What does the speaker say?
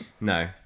No